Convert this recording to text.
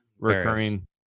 Recurring